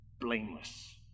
blameless